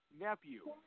nephew